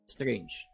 Strange